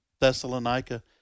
Thessalonica